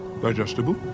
Digestible